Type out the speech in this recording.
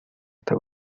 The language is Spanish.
esta